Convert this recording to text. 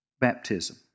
baptism